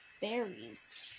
berries